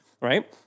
right